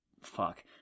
fuck